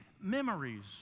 memories